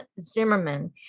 Zimmerman